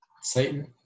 Satan